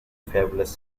fabulous